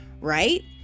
right